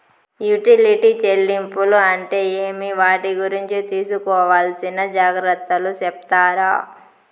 Utility చెల్లింపులు అంటే ఏమి? వాటి గురించి తీసుకోవాల్సిన జాగ్రత్తలు సెప్తారా?